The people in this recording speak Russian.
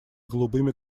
голубыми